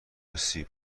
سیب